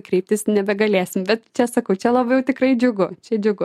kreiptis nebegalėsim bet čia sakau čia labiau tikrai džiugu čia džiugu